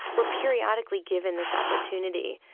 we're periodically given this opportunity